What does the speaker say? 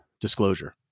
disclosure